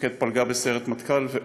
מפקד פלגה בסיירת מטכ"ל ועוד.